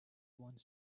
one